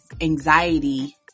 anxiety